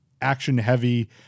action-heavy